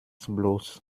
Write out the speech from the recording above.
bloß